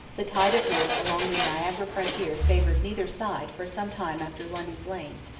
the tide of war along the niagara frontier favoured neither side for some time after lundy's lane,